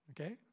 okay